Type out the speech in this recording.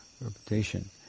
reputation